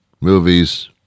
movies